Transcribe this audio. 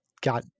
got